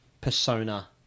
persona